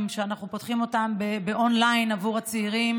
שאנחנו פותחים אותם און-ליין עבור צעירים,